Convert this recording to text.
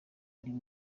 ariko